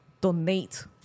donate